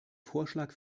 vorschlag